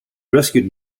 rescued